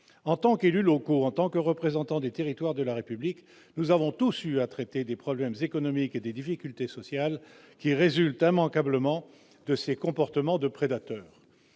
en tant qu'élus locaux, en tant que représentant des territoires de la République, nous avons tous eu à traiter des problèmes économiques et des difficultés sociales qui résultat m'encadrement de ces comportements de prédateur,